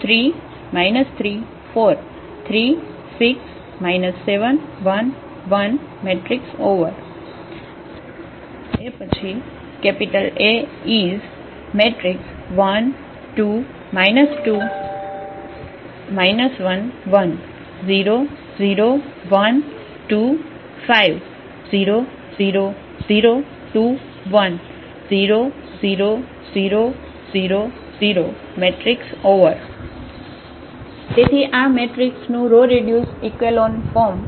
તેથી આ મેટ્રિક્સનું રો રીડ્યુસ ઇકેલોન ફોર્મ છે